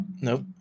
Nope